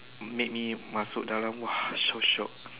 make me masuk dalam !wah! so shiok